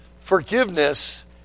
forgiveness